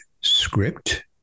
script